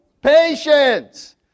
Patience